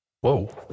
Whoa